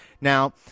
Now